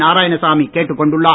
நாரனாயணசாமி கேட்டுக்கொண்டுள்ளார்